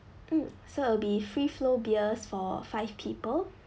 mm so it'll be free flow beers for five people